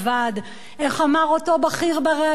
איך אמר אותו בכיר בריאיון ל"הארץ",